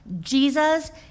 Jesus